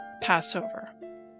Passover